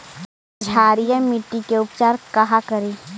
क्षारीय मिट्टी के उपचार कहा करी?